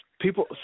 people